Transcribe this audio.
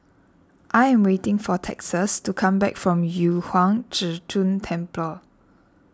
I am waiting for Texas to come back from Yu Huang Zhi Zun Temple